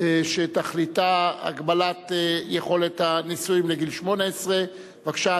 שתכליתה הגבלת יכולת הנישואים לגיל 18. בבקשה,